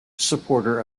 supporter